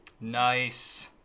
Nice